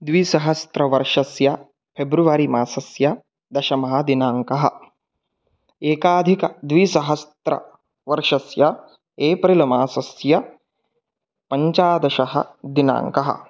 द्विसहस्रतमवर्षस्य फ़ेब्रवरिमासस्य दशमः दिनाङ्कः एकाधिकद्विसहस्रतमवर्षस्य एप्रिल्मासस्य पञ्चदशः दिनाङ्कः